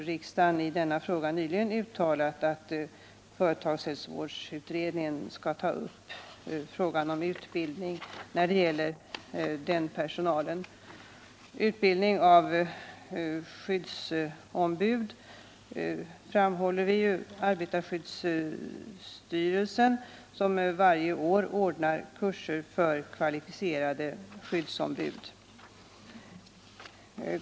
Riksdagen har nyligen uttalat att företagshälsovårdsutredningen skall ta upp frågan om utbildning av personal inom företagshälsovården. Vi har vidare i vad gäller skyddsombud framhållit att arbetarskyddsstyrelsen varje år ordnar kurser för kvalificerade skyddsombud.